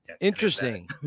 Interesting